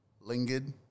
Lingered